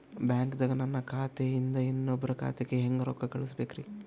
ಬ್ಯಾಂಕ್ದಾಗ ನನ್ ಖಾತೆ ಇಂದ ಇನ್ನೊಬ್ರ ಖಾತೆಗೆ ಹೆಂಗ್ ರೊಕ್ಕ ಕಳಸಬೇಕ್ರಿ?